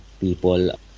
people